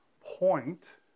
point